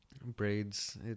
braids